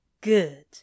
Good